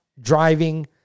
driving